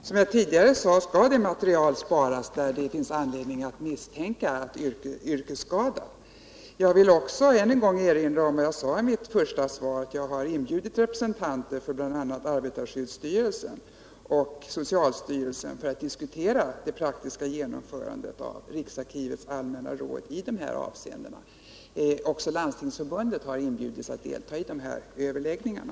Herr talman! Som jag tidigare sade skall det material sparas där det finns anledning att misstänka yrkesskada. Jag vill också än en gång erinra om vad jag sade i mitt första svar. Jag har inbjudit representanter för bl.a. arbetarskyddsstyrelsen och socialstyrelsen för att diskutera det praktiska genomförandet av riksarkivets allmänna råd i de här avseendena. Även Landstingsförbundet har inbjudits att delta i de här överläggningarna.